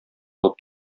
алып